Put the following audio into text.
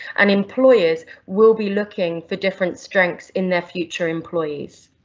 and employers will be looking for different strengths in their future employees.